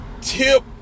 Tip